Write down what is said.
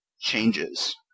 changes